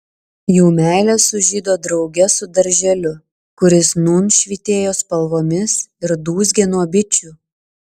jų meilė sužydo drauge su darželiu kuris nūn švytėjo spalvomis ir dūzgė nuo bičių